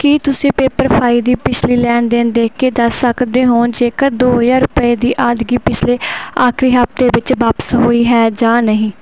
ਕੀ ਤੁਸੀਂਂ pepper fry ਦੀ ਪਿਛਲੀ ਲੈਣ ਦੇਣ ਦੇਖ ਕੇ ਦੱਸ ਸਕਦੇ ਹੋ ਜੇਕਰ ਦੋ ਹਜ਼ਾਰ ਰੁਪਏ ਦੀ ਅਦਾਇਗੀ ਪਿਛਲੇ ਆਖਰੀ ਹਫ਼ਤੇ ਵਿੱਚ ਵਾਪਿਸ ਹੋਈ ਹੈ ਜਾਂ ਨਹੀਂ